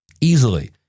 easily